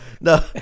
no